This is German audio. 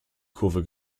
kurve